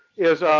is